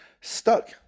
stuck